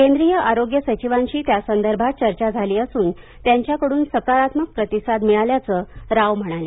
केंद्रीय आरोग्य सचिवांशी त्यासंदर्भात चर्चा झाली असून त्यांच्याकडून सकारात्मक प्रतिसाद मिळाल्याचं राव म्हणाले